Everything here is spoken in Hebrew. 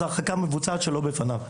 אז ההרחקה מבוצעת שלא בפניו.